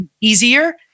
easier